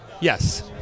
Yes